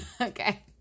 okay